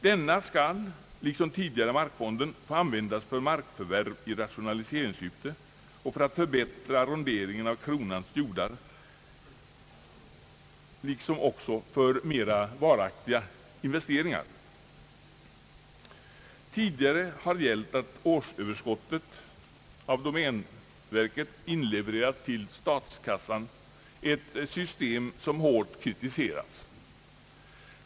Denna fond skall — liksom tidigare markfonden — få användas för markförvärv i rationaliseringssyfte och för att förbättra arronderingen av kronans jordar, liksom även för mera varaktiga investeringar. Tidigare har gällt att årsöverskottet av domänverket inlevererats till statskassan, ett system som blivit hårt kritiserat.